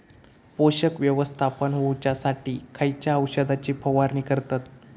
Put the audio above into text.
पोषक व्यवस्थापन होऊच्यासाठी खयच्या औषधाची फवारणी करतत?